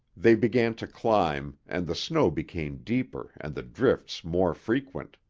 they began to climb, and the snow became deeper and the drifts more frequent.